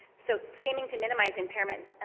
so seeming to minimize impairment,